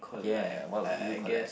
yeah what would you collect